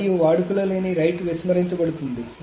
మరియు వాడుకలో లేని రైట్ విస్మరించబడుతుంది